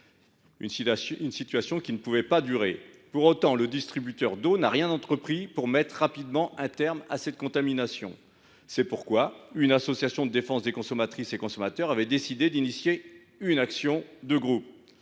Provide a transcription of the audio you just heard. telle situation ne pouvait pas durer. Pour autant, le distributeur d’eau n’a rien entrepris pour mettre rapidement un terme à cette contamination. C’est pourquoi une association de défense des consommatrices et consommateurs a décidé d’engager une action de groupe.